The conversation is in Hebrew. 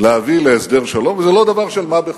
חבר הכנסת טיבי, לא תהיינה יותר קריאות ביניים.